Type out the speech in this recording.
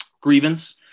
grievance